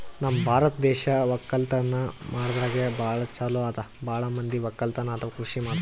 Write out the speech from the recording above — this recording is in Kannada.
ನಮ್ ಭಾರತ್ ದೇಶ್ ವಕ್ಕಲತನ್ ಮಾಡದ್ರಾಗೆ ಭಾಳ್ ಛಲೋ ಅದಾ ಭಾಳ್ ಮಂದಿ ವಕ್ಕಲತನ್ ಅಥವಾ ಕೃಷಿ ಮಾಡ್ತಾರ್